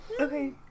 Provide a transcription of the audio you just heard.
Okay